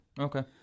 Okay